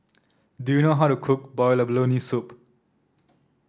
do you know how to cook Boiled Abalone Soup